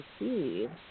received